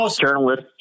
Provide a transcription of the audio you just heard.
journalist